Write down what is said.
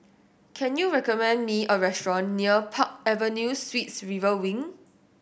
can you recommend me a restaurant near Park Avenue Suites River Wing